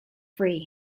free